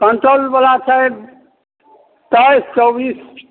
कमतौलवला छै तैइस चौबीस